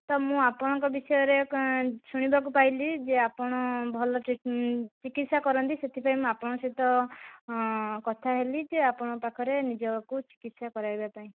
ତ ମୁଁ ଆପଣଙ୍କ ବିଷୟରେ ଶୁଣିବାକୁ ପାଇଲି ଯେ ଆପଣ ଭଲ ଚିକିତ୍ସା କରନ୍ତି ସେଥିପାଇଁ ମୁଁ ଆପଣଙ୍କ ସହିତ କଥା ହେଲି ଯେ ଆପଣଙ୍କ ପାଖରେ ନିଜକୁ ଚିକିତ୍ସା କରାଇବା ପାଇଁ